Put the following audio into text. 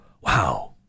Wow